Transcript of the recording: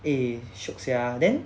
eh shiok sia then